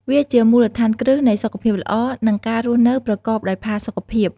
វាជាមូលដ្ឋានគ្រឹះនៃសុខភាពល្អ និងការរស់នៅប្រកបដោយផាសុខភាព។